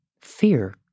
Fear